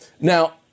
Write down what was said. now